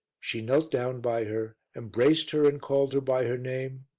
she knelt down by her, embraced her and called her by her name,